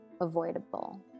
avoidable